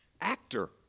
Actor